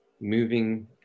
moving